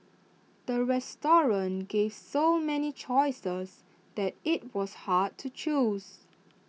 the restaurant gave so many choices that IT was hard to choose